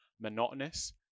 monotonous